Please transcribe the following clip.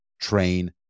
train